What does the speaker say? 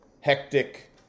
hectic